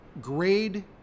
grade